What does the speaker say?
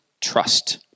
trust